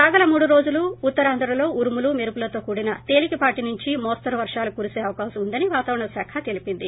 రాగల మూడు రోజులు ఉత్తరాంధ్రలో ఉరుములు మెరుపులతో కూడిన తేలికపాటి నుంచి మోస్తరు వర్షాలు కురీస అవకాశం ఉందని వాతావరణ శాఖ తెలిపింది